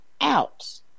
out